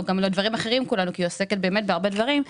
גם לדברים אחרים כי היא עוסקת באמת בהרבה דברים,